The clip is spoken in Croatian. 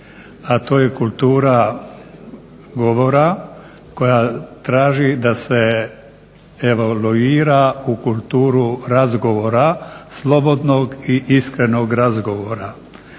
a to je kultura govora koja traži da se evoluira u kulturu razgovora, slobodnog i iskrenog razgovora.